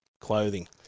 clothing